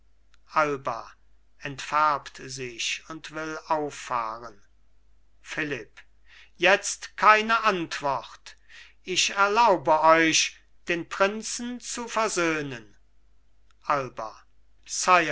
alba entfärbt sich und will auffahren philipp jetzt keine antwort ich erlaube euch den prinzen zu versöhnen alba